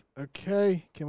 okay